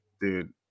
dude